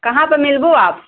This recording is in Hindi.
कहाँ पर मिलबो आप